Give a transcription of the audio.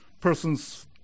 person's